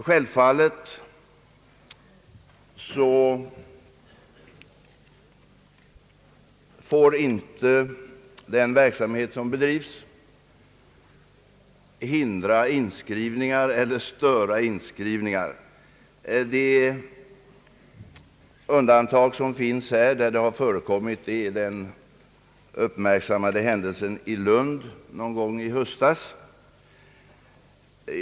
Självfallet får den propagandaverksamhet som bedrivs inte hindra eller störa inskrivningar. Det undantagsfall där sådant förekommit är den uppmärksammade händelsen i Lund någon gång i höstas.